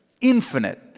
infinite